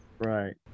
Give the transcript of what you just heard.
Right